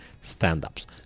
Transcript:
stand-ups